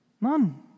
None